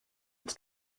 its